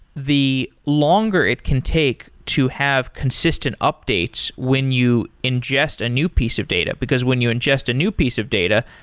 the longer it can take to have consistent updates when you ingest a new piece of data, because when you ingest a new piece of data,